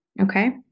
Okay